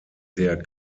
der